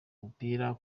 umupira